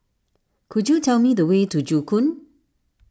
could you tell me the way to Joo Koon